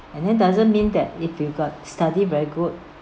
and then doesn't mean that if you got study very good